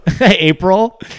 April